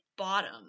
bottom